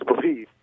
believe